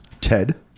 Ted